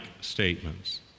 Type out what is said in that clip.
statements